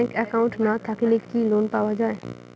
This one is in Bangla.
ব্যাংক একাউন্ট না থাকিলে কি লোন পাওয়া য়ায়?